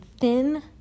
thin